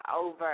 over